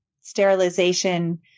Sterilization